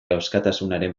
askatasunaren